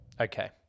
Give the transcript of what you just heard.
Okay